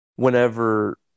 whenever